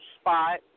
spot